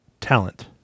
talent